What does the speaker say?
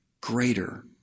greater